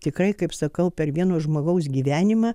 tikrai kaip sakau per vieno žmogaus gyvenimą